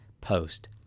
post